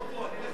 לא פה,